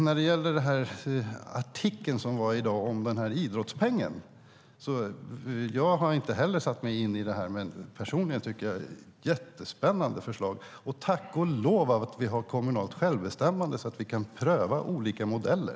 När det gäller artikeln i dag om idrottspengen tycker jag personligen att det är ett jättespännande förslag, även om jag inte heller har satt mig in i det. Tack och lov att vi har kommunalt självbestämmande så att vi kan pröva olika modeller.